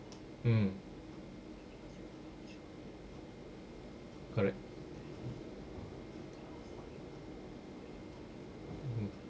mm correct mm